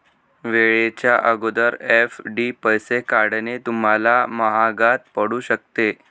वेळेच्या अगोदर एफ.डी पैसे काढणे तुम्हाला महागात पडू शकते